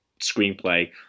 screenplay